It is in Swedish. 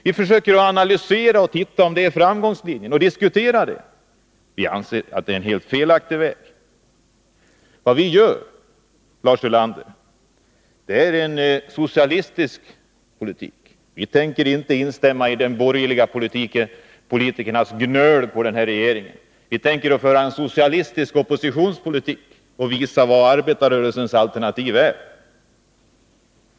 Vi försöker analysera om det är framgångslinjen och diskutera det, och vi anser att det är en helt felaktig väg. Vad vi arbetar för, Lars Ulander, är en socialistisk politik. Vi tänker inte instämma i de borgerliga politikernas gnöl på den här regeringen, vi tänker föra en socialistisk oppositionspolitik och visa vad arbetarrörelsens alternativ är.